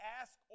ask